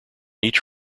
each